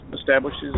establishes